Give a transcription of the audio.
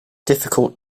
difficult